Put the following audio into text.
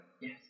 Yes